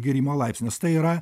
gyrimo laipsnis tai yra